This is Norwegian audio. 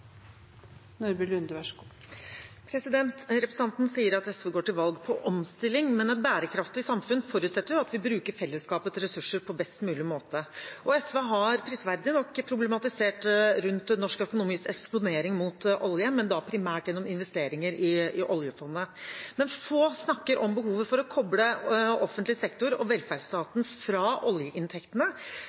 Representanten sier at SV går til valg på omstilling, men et bærekraftig samfunn forutsetter jo at vi bruker fellesskapets ressurser på best mulig måte. SV har – prisverdig nok – problematisert norsk økonomis eksponering mot olje, men da primært gjennom investeringer i oljefondet. Men få snakker om behovet for å koble offentlig sektor og velferdsstaten fra oljeinntektene,